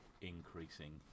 increasing